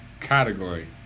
category